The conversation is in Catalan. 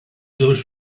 joves